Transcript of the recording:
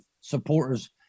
supporters